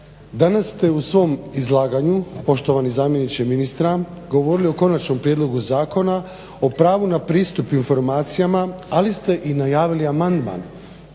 Danas te u svom izlaganju poštovani zamjeniče ministra govorili o konačnom prijedlogu zakona o pravu na pristup informacijama ali ste i najavili amandman